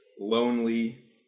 lonely